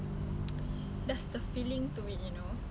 and mm